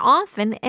often